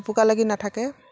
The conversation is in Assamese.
জুপুকা লাগি নাথাকে